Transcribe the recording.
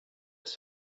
have